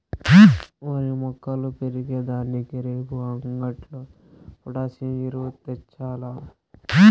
ఓరి మొక్కలు పెరిగే దానికి రేపు అంగట్లో పొటాసియం ఎరువు తెచ్చాల్ల